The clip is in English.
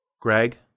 Greg